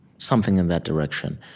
something in that direction.